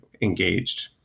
engaged